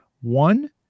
one